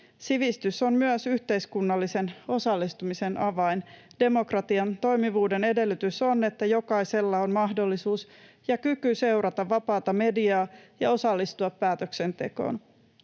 Sivistys on myös yhteiskunnallisen osallistumisen avain. Demokratian toimivuuden edellytys on, että jokaisella on mahdollisuus ja kyky seurata vapaata mediaa ja osallistua päätöksentekoon.